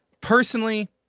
personally